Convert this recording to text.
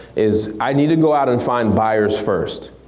is i need to go out and find buyers first.